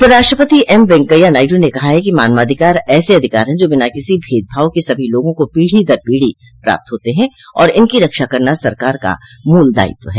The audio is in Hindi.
उपराष्ट्रपति एम वैकैया नायडू ने कहा है कि मानवाधिकार ऐसे अधिकार हैं जो बिना किसी भेदभाव के सभी लोगों को पीढ़ी दर पीढ़ी प्राप्त होते हैं और इनकी रक्षा करना सरकार का मूल दायित्व है